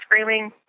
screaming